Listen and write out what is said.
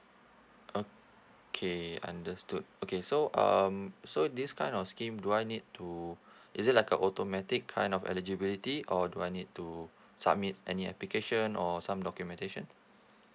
okay understood okay so um so this kind of scheme do I need to is it like a automatic kind of eligibility or do I need to submit any application or some documentation